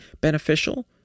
beneficial